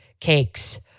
cakes